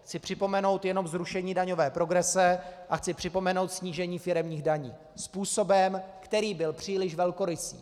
Chci připomenout jenom zrušení daňové progrese a chci připomenout snížení firemních daní způsobem, který byl příliš velkorysý.